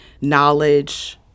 knowledge